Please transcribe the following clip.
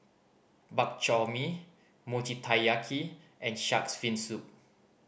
Bak Chor Mee Mochi Taiyaki and Shark's Fin Soup